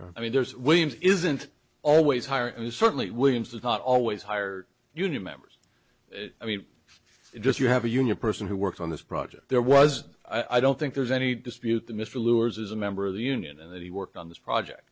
union i mean there's williams isn't always hire and certainly williams does not always hired union members i mean just you have a union person who worked on this project there was i don't think there's any dispute the mr luers is a member of the union and that he worked on this project